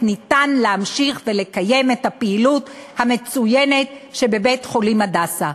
אפשר באמת להמשיך לקיים את הפעילות המצוינת של בית-חולים "הדסה".